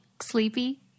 sleepy